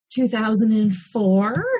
2004